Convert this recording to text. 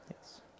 Yes